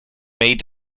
made